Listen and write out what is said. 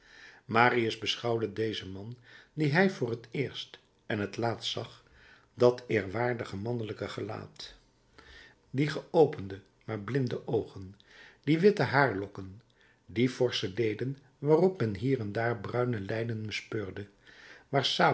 marius beschouwde dezen man dien hij voor het eerst en het laatst zag dat eerwaardig mannelijk gelaat die geopende maar blinde oogen die witte haarlokken die forsche leden waarop men hier en daar bruine lijnen bespeurde waar